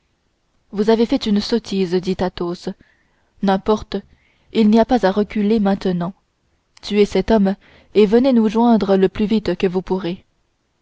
vous avez fait une sottise dit athos n'importe il n'y a plus à reculer maintenant tuez cet homme et venez nous rejoindre le plus vite que vous pourrez